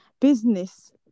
business